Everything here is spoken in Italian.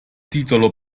titolo